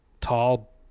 tall